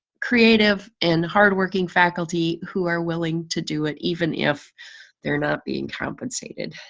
creative and hard-working faculty who are willing to do it even if they're not being compensated.